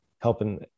helping